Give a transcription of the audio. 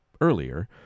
earlier